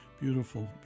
beautiful